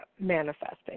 manifesting